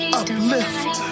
uplift